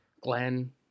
Glenn